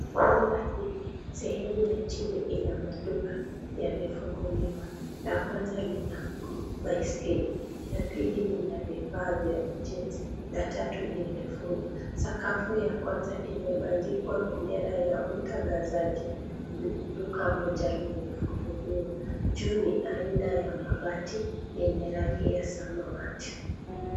Nyumba hili, sehemu ya chini ina maduka yamefunguliwa. La kwanza lina baiskeli, la pili lina vifaa vya ujenzi, la tatu limefungwa. Sakafu ya kwanza imebandikwa bendera ya utangazaji, ni duka moja limefunguliwa. Juu ni aina ya mabati yenye rangi ya samawati.